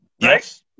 Yes